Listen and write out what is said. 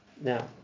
Now